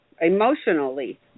emotionally